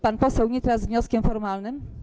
Pan poseł Nitras z wnioskiem formalnym?